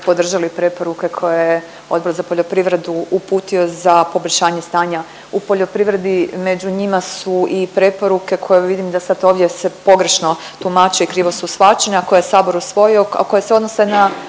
podržali preporuke koje je Odbor za poljoprivredu uputio za poboljšanje stanja u poljoprivredi. Među njima su i preporuke koje vidim da sad ovdje se pogrešno tumače i krivo su shvaćene, a koje je sabor usvojio a koje se odnose na